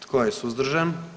Tko je suzdržan?